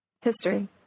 History